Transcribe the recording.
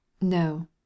No